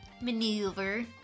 Maneuver